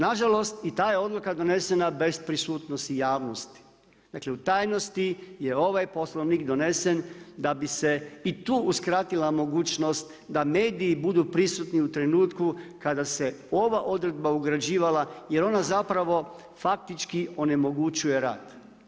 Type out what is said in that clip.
Nažalost i ta je odluka donesena bez prisutnosti javnosti, dakle u tajnosti je ovaj Poslovnik donesen da bi se i tu uskratila mogućnost da mediji budu prisutni u trenutku kada se ova odredba ugrađivala jer ona zapravo faktički onemogućuje rad.